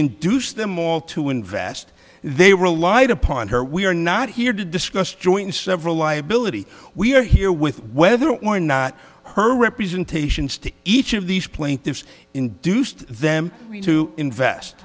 induced them all to invest they relied upon her we are not here to discuss joint several liability we are here with whether or not her representations to each of these plaintiffs induced them to invest